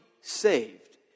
saved